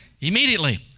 Immediately